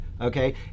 okay